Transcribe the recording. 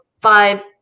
five